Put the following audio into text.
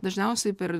dažniausiai per